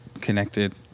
connected